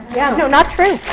yeah. no, not true.